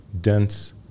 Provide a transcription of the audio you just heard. dense